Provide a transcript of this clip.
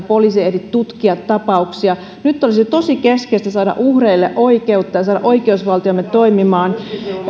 poliisi ei ehdi tutkia tapauksia nyt olisi tosi keskeistä saada uhreille oikeutta ja saada oikeusvaltiomme toimimaan